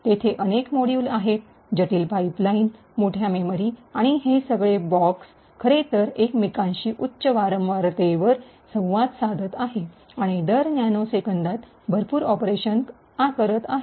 तेथे अनेक छोटे भाग मोडुल module आहेत जटील पाईपलाईन मोठ्या मेमरी आणि हे सगळे ब्लॉक्स खरेतर एकमेकांशी उच्च वारंवारतेवर संवाद साधत आहे आणि दर न्यानो सेकंदात भरपूर ऑपरेशन्स करत आहेत